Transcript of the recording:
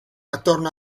attorno